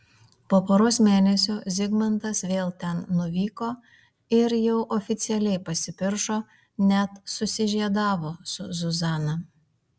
po poros mėnesių zigmantas vėl ten nuvyko ir jau oficialiai pasipiršo net susižiedavo su zuzana